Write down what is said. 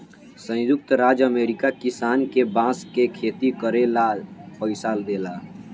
संयुक्त राज्य अमेरिका किसान के बांस के खेती करे ला पइसा देला